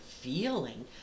feeling